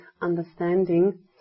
understanding